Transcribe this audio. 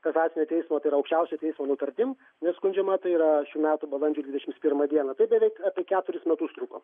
kasacinio teismo aukščiausiojo teismo nutartim neskundžiama tai yra šių metų balandžio dvidešimt pirmą dieną tai beveik apie keturis metus truko